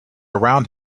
around